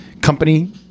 company